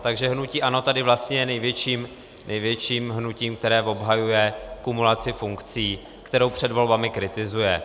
Takže hnutí ANO tady je vlastně největším hnutím, které obhajuje kumulaci funkcí, kterou před volbami kritizuje.